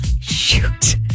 Shoot